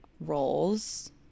roles